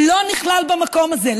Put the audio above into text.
לא נכלל במקום הזה.